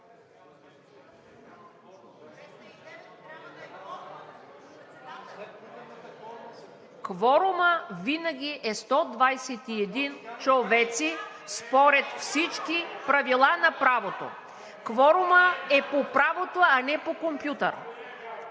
Кворумът винаги е 121 човека според всички правила на правото. Кворумът е по правото, а не по компютър.